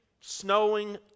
snowing